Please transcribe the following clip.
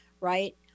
right